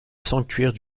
sanctuaire